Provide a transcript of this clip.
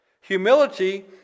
Humility